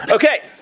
Okay